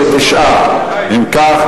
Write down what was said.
29. אם כך,